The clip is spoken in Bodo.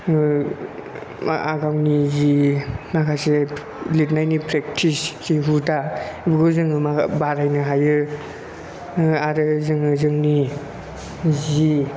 गावनि जि माखासे लिरनायनि प्रेक्टिस जे हुदा बेखौ जोङो बारायनो हायो आरो जोङो जोंनि जि